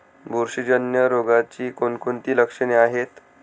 बुरशीजन्य रोगाची कोणकोणती लक्षणे आहेत?